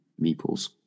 meeples